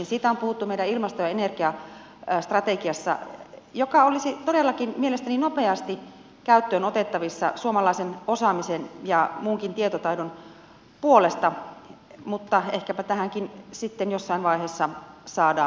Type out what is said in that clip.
siitä on puhuttu meidän ilmasto ja energiastrategiassa joka olisi todellakin mielestäni nopeasti käyttöön otettavissa suomalaisen osaamisen ja muunkin tietotaidon puolesta mutta ehkäpä tähänkin sitten jossain vaiheessa saadaan lisämäärärahoja